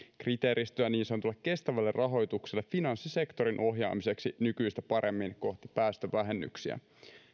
kriteeristöä niin sanotulle kestävälle rahoitukselle finanssisektorin ohjaamiseksi nykyistä paremmin kohti päästövähennyksiä